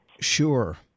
Sure